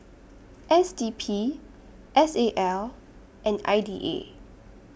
S D P S A L and I D A